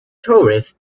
tourists